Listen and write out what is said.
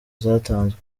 zatanzwe